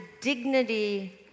dignity